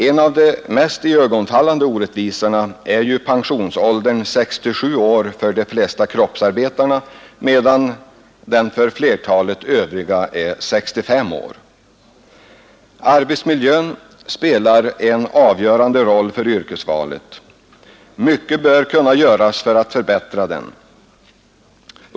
En av de mest iögonfallande orättvisorna är ju pensionsåldern, 67 år för de flesta kroppsarbetarna, medan den för flertalet övriga är 65 år. Arbetsmiljön spelar en avgörande roll för yrkesvalet. Mycket bör kunna göras för att förbättra den.